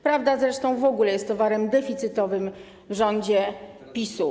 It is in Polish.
Prawda zresztą w ogóle jest towarem deficytowym w rządzie PiS-u.